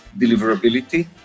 deliverability